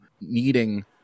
needing